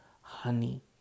honey